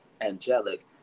Angelic